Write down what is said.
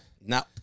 No